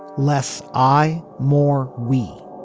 less ai more we